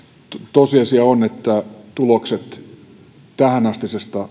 tosiasia on että tulokset tähänastisesta